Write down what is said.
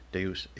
Deus